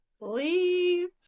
leave